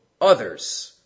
others